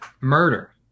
murder